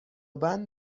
بند